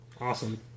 Awesome